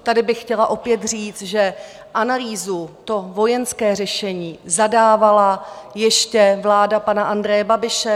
Tady bych chtěla opět říct, že analýzu, to vojenské řešení, zadávala ještě vláda pana Andreje Babiše.